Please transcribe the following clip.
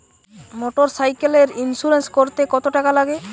মোটরসাইকেলের ইন্সুরেন্স করতে কত টাকা লাগে?